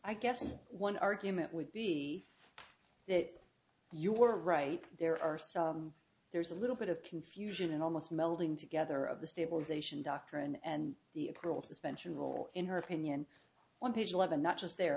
i guess one argument would be that you were right there are so there's a little bit of confusion and almost melding together of the stabilization doctrine and the accrual suspension rule in her opinion on page eleven not just the